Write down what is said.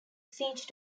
siege